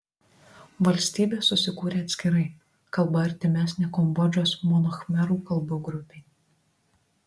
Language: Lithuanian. valstybė susikūrė atskirai kalba artimesnė kambodžos mono khmerų kalbų grupei